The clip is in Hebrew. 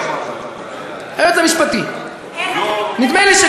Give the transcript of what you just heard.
היועץ המשפטי אמר לממשלה את זה.